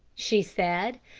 she said.